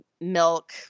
milk